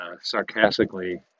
sarcastically